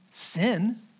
Sin